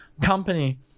company